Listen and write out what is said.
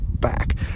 back